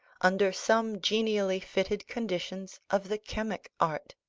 under some genially fitted conditions of the chemic art.